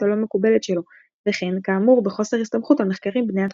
הלא מקובלת שלו וכן כאמור בחוסר הסתמכות על מחקרים בני התקופה.